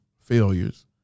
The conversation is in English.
failures